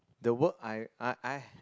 the work I I I